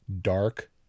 dark